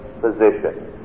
position